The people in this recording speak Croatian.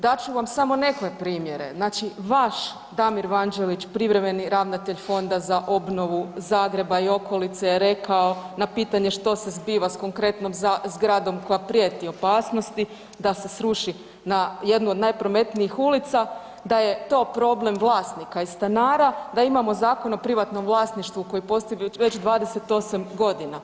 Dat ću vam samo neke primjere, znači vaš Damir Vanđelić privremeni ravnatelj Fonda za obnovu Zagreba i okolice je rekao na pitanje što se zbiva s konkretnom zgradom koja prijeti opasnosti da se sruši na jednu od najprometnijih ulica, da je to problem vlasnika i stanara, da imamo Zakon o privatnom vlasništvu koji postoji već 28 godina.